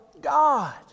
God